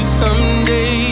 someday